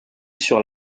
sur